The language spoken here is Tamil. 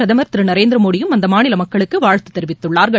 பிரதமர் திரு நரேந்திரமோடியும் அந்த மாநில மக்களுக்கு வாழ்த்து தெரிவித்துள்ளார்கள்